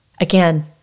Again